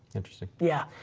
interesting. yeah.